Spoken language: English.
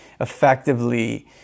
effectively